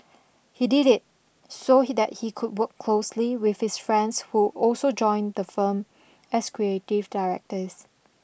he did it so he that he could work closely with his friends who also joined the firm as creative directors